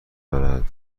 دارد